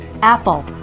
Apple